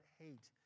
hate